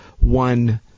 one